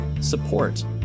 support